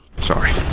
Sorry